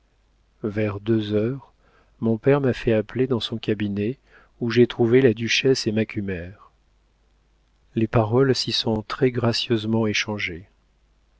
vers deux heures mon père m'a fait appeler dans son cabinet où j'ai trouvé la duchesse et macumer les paroles s'y sont gracieusement échangées